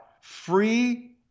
free